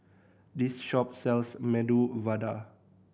this shop sells Medu Vada